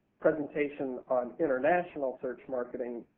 presentation on international search marketing,